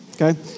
Okay